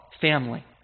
family